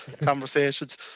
conversations